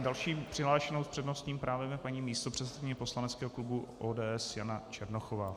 Další přihlášenou s přednostním právem je paní místopředsedkyně poslaneckého klubu ODS Jana Černochová.